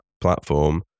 platform